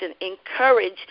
encourage